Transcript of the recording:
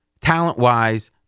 talent-wise